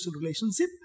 relationship